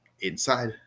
inside